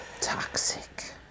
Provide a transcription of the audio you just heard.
toxic